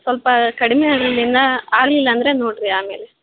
ಸ್ವಲ್ಪ ಕಡಿಮೆ ಇನ್ನೂ ಆಗಲಿಲ್ಲ ಅಂದರೆ ನೋಡಿರಿ ಆಮೇಲೆ